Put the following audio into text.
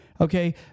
Okay